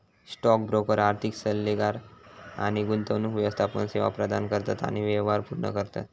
stock broker आर्थिक सल्लोगार आणि गुंतवणूक व्यवस्थापन सेवा प्रदान करतत आणि व्यवहार पूर्ण करतत